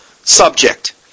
subject